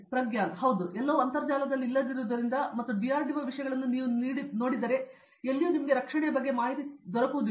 ಪ್ರಗ್ಯಾನ್ ಹೌದು ಮತ್ತು ಎಲ್ಲವೂ ಅಂತರ್ಜಾಲದಲ್ಲಿ ಇಲ್ಲದಿರುವುದರಿಂದ ಅಥವಾ ಡಿಆರ್ಡಿಓ ವಿಷಯಗಳನ್ನು ನೀವು ನೋಡಿದರೆ ಎಲ್ಲಿಯಾದರೂ ರಕ್ಷಣಾ ಇರುವುದಿಲ್ಲ